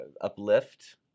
uplift